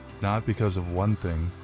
not because of one thing.